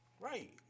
Right